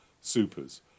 supers